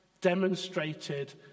demonstrated